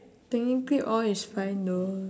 technically all is fine though